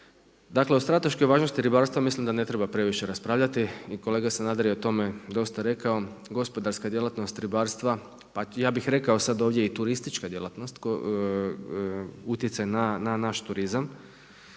Dakle, o strateškoj važnosti ribarstva mislim da ne treba previše raspravljati i kolega Sanader je o tome dosta rekao. Gospodarska djelatnost ribarstva, pa ja bih rekao sad ovdje i turistička djelatnost utjecaj na naši turizam